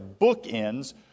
bookends